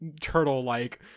turtle-like